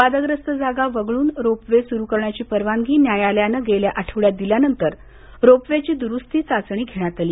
वादग्रस्त जागा वगळून रोप वे सुरू करण्याची परवानगी न्यायालयानं गेल्या आठवड्यात दिल्यानंतर रोप वेची दुरूस्ती चाचणी घेण्यात आली